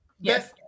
Yes